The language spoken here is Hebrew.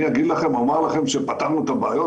אני אגיד לכם שפתרנו את הבעיות?